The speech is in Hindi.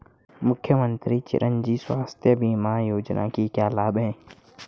मुख्यमंत्री चिरंजी स्वास्थ्य बीमा योजना के क्या लाभ हैं?